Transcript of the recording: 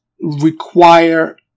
require